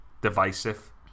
divisive